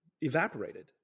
evaporated